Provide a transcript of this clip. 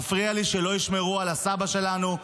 מפריע לי שלא ישמרו על הסבא שלנו,